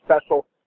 special